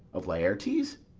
of laertes?